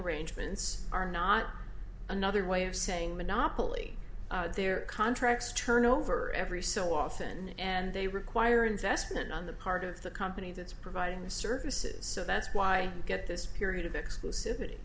arrangements are not another way of saying monopoly their contracts turn over every so often and they require investment on the part of the company that's providing the services so that's why you get this period of exclusiv